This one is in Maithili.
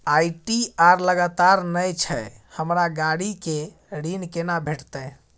आई.टी.आर लगातार नय छै हमरा गाड़ी के ऋण केना भेटतै?